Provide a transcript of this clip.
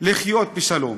לחיות בשלום.